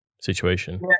situation